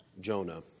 Jonah